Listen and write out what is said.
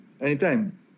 Anytime